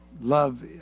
love